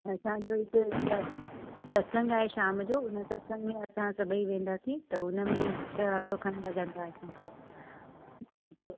असांजो हिकु स सत्संग आहे शाम जो हुन सत्संग में असां सभेई वेंदासीं त हुन में छह ऑटो खनि लॻंदा असांखे